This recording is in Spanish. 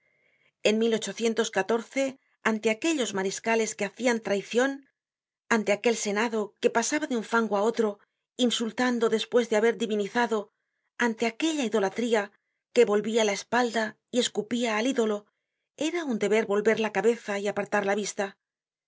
en ante aquellos mariscales que hacian traicion ane aquel senado que pasaba de un fango á otro insultando despues de haber divinizado ante aquella idolatría que volvia la espalda y escupía al ídolo era un deber volver la cabeza y apartar la vista